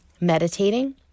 Meditating